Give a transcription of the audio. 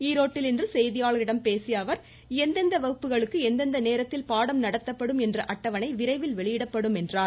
ஈரோடில் இன்று செய்தியாளர்களிடம் பேசிய அவர் எந்தெந்த வகுப்புகளுக்கு எந்தெந்த நேரத்தில் பாடம் நடத்தப்படும் என்ற அட்டவணை விரைவில் வெளியிடப்படும் என்றார்